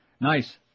Nice